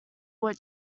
what